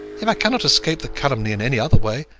if i cannot escape the calumny in any other way,